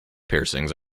piercings